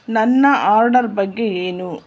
ನನ್ನ ಆರ್ಡರ್ ಬಗ್ಗೆ ಏನು